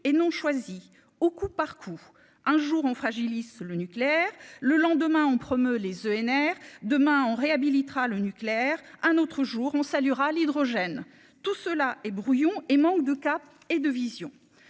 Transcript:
et non choisie au coup par coup, un jour, on fragilise le nucléaire, le lendemain on promeut les ENR demain en réhabilitant le nucléaire, un autre jour, on saluera l'hydrogène, tout cela est brouillon et manque de cap et de vision,